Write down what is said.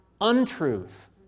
untruth